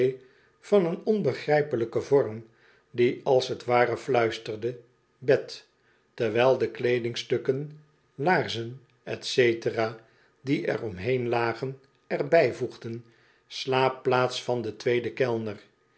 van een onbegrijpelijken vorm die als t ware fluisterde bed terwijl de kleedingstukken laarzen etc die er omheen lagen er bijvoegden slaapplaats van den tweeden kellner